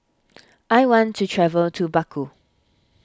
I want to travel to Baku